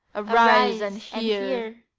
arise and hear!